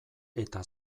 eta